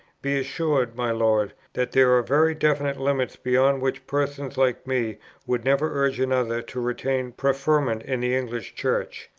be assured, my lord, that there are very definite limits, beyond which persons like me would never urge another to retain preferment in the english church,